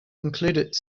included